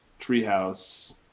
treehouse